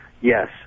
Yes